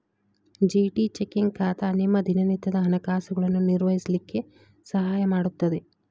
GT checking ಖಾತಾ ನಿಮ್ಮ ದಿನನಿತ್ಯದ ಹಣಕಾಸುಗಳನ್ನು ನಿರ್ವಹಿಸ್ಲಿಕ್ಕೆ ಸಹಾಯ ಮಾಡುತ್ತದೆ